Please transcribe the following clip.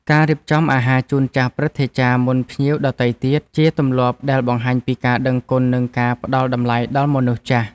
ការរៀបចំអាហារជូនចាស់ព្រឹទ្ធាចារ្យមុនភ្ញៀវដទៃទៀត ជាទម្លាប់ដែលបង្ហាញពីការដឹងគុណនិងការផ្ដល់តម្លៃដល់មនុស្សចាស់។